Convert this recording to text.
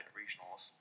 regionals